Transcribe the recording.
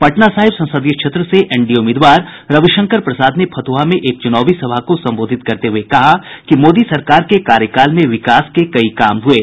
पटना साहिब संसदीय क्षेत्र से एनडीए उम्मीदवार रविशंकर प्रसाद ने फतुहा में एक चुनावी सभा को संबोधित करते हुये कहा कि मोदी सरकार के कार्यकाल में विकास के कई काम हुये